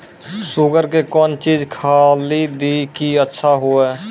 Sugar के कौन चीज खाली दी कि अच्छा हुए?